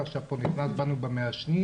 אתה עכשיו נכנס בנו במעשנים',